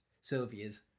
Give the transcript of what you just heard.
Sylvia's